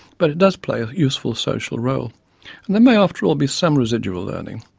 but it does play a useful social role and there may after all be some residual learning.